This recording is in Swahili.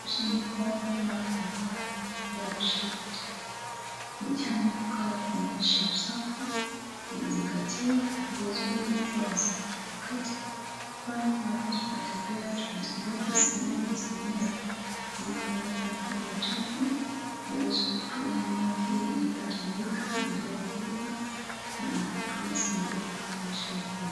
Kuosha mikono mara kwa mara baada ya kushika uchafu ni njia mojawapo ya kuonyesha usafi na kuzingatiwa. Ni vizuri kuosha mikono kila wakati kwani wakati tunatembea, tunatembea, tunasalimiana na mtu anaweza akabeba uchafu. Unaweza ukatumia maji inayotiririka iliyoko pipa na kutumia sabuni wakati unaosha mikono.